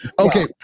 Okay